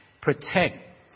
protect